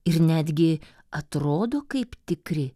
ir netgi atrodo kaip tikri